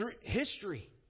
history